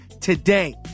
today